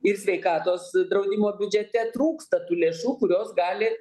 ir sveikatos draudimo biudžete trūksta tų lėšų kurios gali